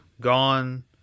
gone